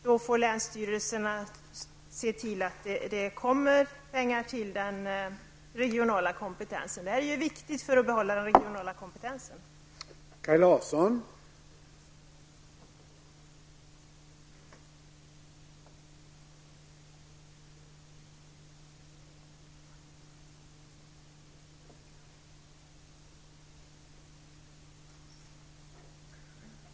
Då får länsstyrelserna se till att det tillförs pengar till den regionala kompetensen. Det är viktigt för att den regionala kompetensen skall kunna bibehållas.